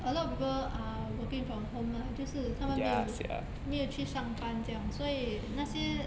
a lot of people are working from home lah 就是他们没有没有去上班这样所以那些